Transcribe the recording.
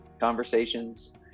conversations